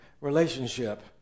relationship